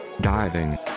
diving